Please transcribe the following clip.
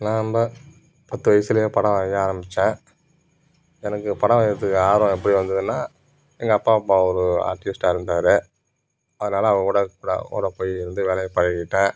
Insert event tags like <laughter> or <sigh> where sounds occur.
நான் தான் பத்து வயதில் படம் வரைய ஆரம்பித்தேன் எனக்கு படம் வரையிறதுக்கு ஆர்வம் எப்படி வந்துதுன்னா எங்கள் அப்பா அம்மா ஒரு ஆர்ட்டிஸ்டாக இருந்தார் அதனால அவங்க கூட <unintelligible> போய் வந்து வேலைய பழகிக்கிட்டேன்